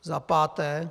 Za páté.